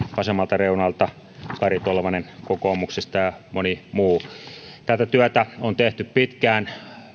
vasemmalta reunalta kari tolvanen kokoomuksesta ja moni muu tätä työtä on tehty pitkään